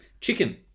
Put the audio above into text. chicken